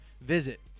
visit